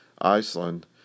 Iceland